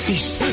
East